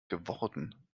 geworden